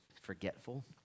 forgetful